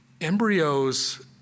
embryos